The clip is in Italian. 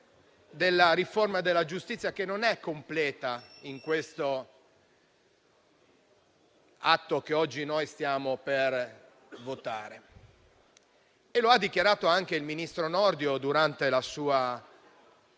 della riforma della giustizia, che non si completa con il provvedimento che oggi stiamo per votare, come ha dichiarato anche il ministro Nordio durante la sua relazione